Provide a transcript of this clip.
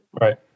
Right